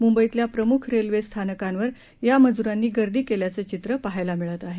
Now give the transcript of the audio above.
मुंबईतल्या प्रमुख रेल्वे स्थानकांवर या मजुरांनी गर्दी केल्य़ाचं चित्र पहायला मिळत आहे